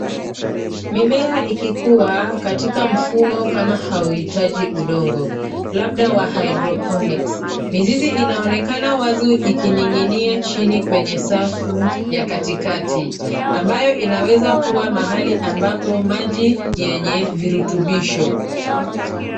Mimea ikiwa katika mfumo kama hauhitaji udongo, labda wa hydroponics . Mizizi inaonekana wazu ikining'inia kwenye safu, ya katikati, ambayo inaweza kuwa mahali ambapo maji yenye, virutubisho.